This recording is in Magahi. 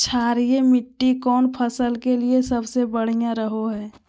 क्षारीय मिट्टी कौन फसल के लिए सबसे बढ़िया रहो हय?